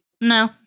No